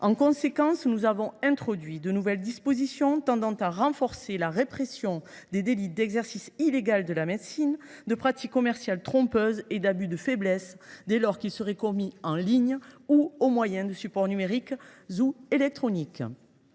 En conséquence, nous avons introduit dans le texte de nouvelles mesures renforçant la répression des délits d’exercice illégal de la médecine, de pratique commerciale trompeuse et d’abus de faiblesse, dès lors qu’ils sont commis en ligne ou au moyen de supports numériques ou électroniques.